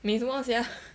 美什么 sia